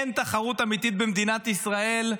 אין תחרות אמיתית במדינת ישראל.